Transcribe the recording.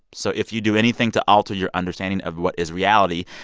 so if you do anything to alter your understanding of what is reality,